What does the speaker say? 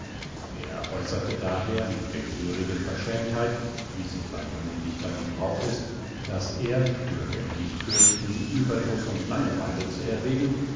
er äußerte daher mit der gehörigen verschämtheit wie sie bei jungen dichtern im brauch ist daß er dürfe er nicht fürchten überdruß und langeweile zu erregen